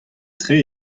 tre